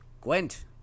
Gwent